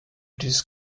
dies